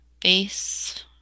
base